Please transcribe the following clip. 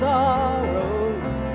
sorrows